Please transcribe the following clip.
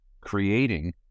creating